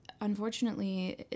unfortunately